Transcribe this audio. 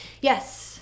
yes